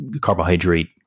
carbohydrate